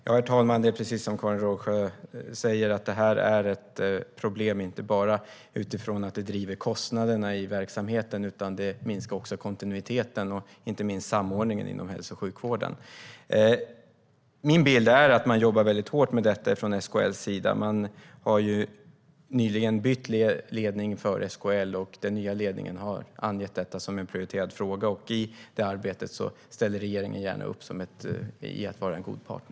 Herr talman! Det är precis som Karin Rågsjö säger, att detta är ett problem inte bara för att det driver på kostnaderna i verksamheten utan också för att det minskar kontinuiteten och inte minst samordningen inom hälso och sjukvården. Min bild är att man jobbar mycket hårt med detta från SKL:s sida. Man har nyligen bytt ledning för SKL, och den nya ledningen har angett detta som en prioriterad fråga. I detta arbete ställer regeringen gärna upp som en erfaren och god partner.